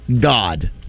God